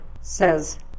says